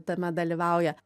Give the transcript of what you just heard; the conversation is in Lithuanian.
tame dalyvauja